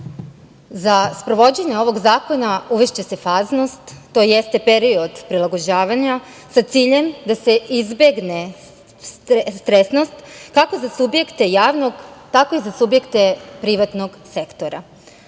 sprovođenje ovog zakona uvešće se faznost. To jeste period prilagođavanja sa ciljem da se izbegne stresnost kako za subjekte javnog, tako i za subjekte privatnog sektora.